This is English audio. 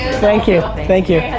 thank you, thank you.